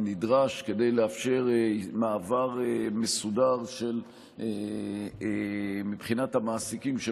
ונדרש כדי לאפשר מעבר מסודר מבחינת המעסיקים,